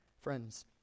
Friends